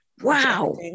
Wow